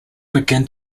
begin